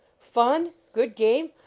fun? good game?